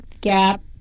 gap